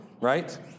right